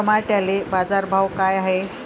टमाट्याले बाजारभाव काय हाय?